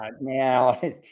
now